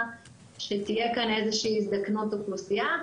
שתהיה כאן איזו שהיא הזדקנות אוכלוסייה,